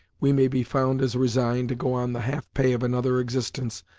we may be found as resigned to go on the half pay of another existence,